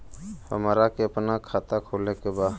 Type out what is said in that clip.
हमरा के अपना खाता खोले के बा?